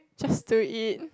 just do it